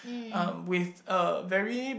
um with uh very